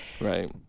Right